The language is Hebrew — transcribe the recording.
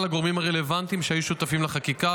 הגורמים הרלוונטיים שהיו שותפים לחקיקה.